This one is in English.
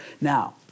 Now